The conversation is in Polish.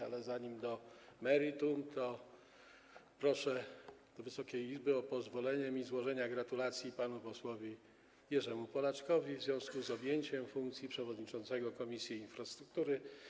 Ale zanim przejdę do meritum, proszę Wysoką Izbę o pozwolenie na złożenie gratulacji panu posłowi Jerzemu Polaczkowi w związku z objęciem funkcji przewodniczącego Komisji Infrastruktury.